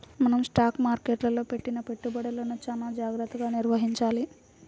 మనం స్టాక్ మార్కెట్టులో పెట్టిన పెట్టుబడులను చానా జాగర్తగా నిర్వహించాలి